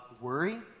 worry